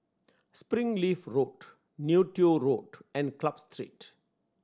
Springleaf Road Neo Tiew Road and Club Street